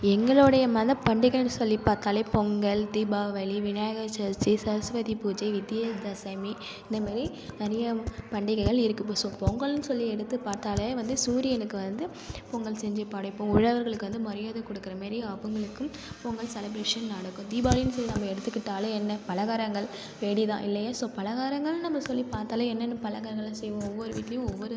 எங்களோடைய மதப்பண்டிகைன்னு சொல்லி பார்த்தாலே பொங்கல் தீபாவளி விநாயகர் சதுர்த்தி சரஸ்வதி பூஜை விஜய தசமி இந்தமாரி நிறையா பண்டிகைகள் இருக்குது இப்போ ஸோ பொங்கல்னு சொல்லி எடுத்து பார்த்தாலே வந்து சூரியனுக்கு வந்து பொங்கல் செஞ்சு படைப்போம் உழவர்களுக்கு வந்து மரியாதை கொடுக்குற மாரி அவங்களுக்கும் பொங்கல் செலப்ரேஷன் நடக்கும் தீபாவளின்னு சொல்லி நம்ம எடுத்திக்கிட்டாலே என்ன பலகாரங்கள் வெடி தான் இல்லையா ஸோ பலகாரங்கள்னு நம்ம சொல்லி பார்த்தாலே என்னென்ன பலகாரங்கள்லாம் செய்வோம் ஒவ்வொரு வீட்லேயும் ஒவ்வொரு